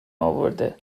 اورده